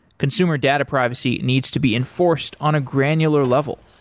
consumer data privacy needs to be enforced on a granular level.